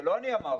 זה לא אני אמרתי.